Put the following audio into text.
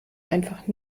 einfach